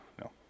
no